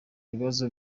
bibazo